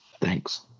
Thanks